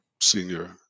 senior